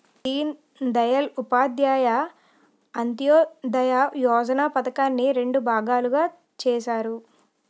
దీన్ దయాల్ ఉపాధ్యాయ అంత్యోదయ యోజన పధకాన్ని రెండు భాగాలుగా చేసారు